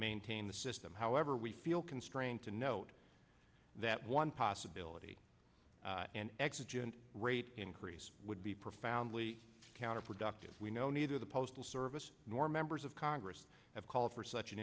maintain the system however we feel constrained to note that one possibility and exigent rate increase would be profoundly counterproductive we know neither the postal service nor members of congress have called for such an